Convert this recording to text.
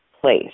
place